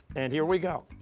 and here we go.